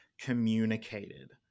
communicated